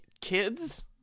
kids